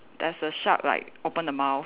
there's a shark like open the mouth